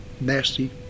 nasty